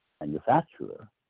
manufacturer